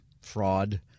fraud